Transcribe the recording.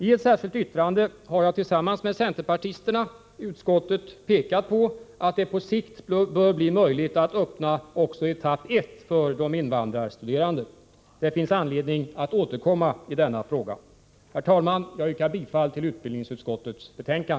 I ett särskilt yttrande har jag tillsammans med centerpartisterna i utskottet pekat på att det på sikt bör bli möjligt att öppna även etapp 1 för invandrarstuderande. Det finns anledning att återkomma till denna fråga. Herr talman! Jag yrkar bifall till utskottets hemställan.